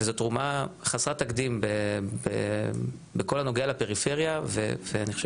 זאת תרומה חסרת תקדים בכל הנוגע לפריפריה ואני חושב